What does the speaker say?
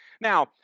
Now